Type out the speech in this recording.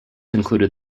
included